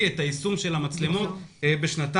את היישום של התקנת המצלמות בשנתיים.